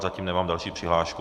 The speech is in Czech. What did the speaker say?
Zatím nemám další přihlášku.